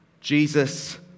Jesus